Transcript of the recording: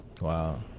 Wow